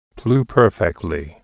pluperfectly